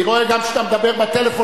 אני רואה שאתה גם מדבר בטלפון,